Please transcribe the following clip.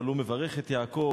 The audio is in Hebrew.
אבל הוא מברך את יעקב.